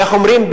איך אומרים,